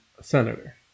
senator